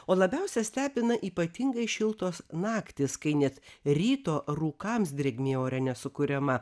o labiausia stebina ypatingai šiltos naktys kai net ryto rūkams drėgmė ore nesukuriama